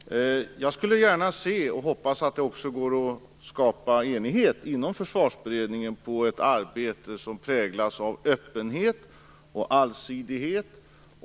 Fru talman! Jag skulle gärna se, och jag hoppas att det också går, att man skulle kunna skapa enighet inom Försvarsberedningen för ett arbete som präglas av öppenhet och allsidighet.